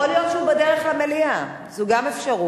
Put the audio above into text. יכול להיות שהוא בדרך למליאה, זו גם אפשרות.